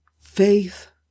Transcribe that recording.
faith